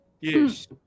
yes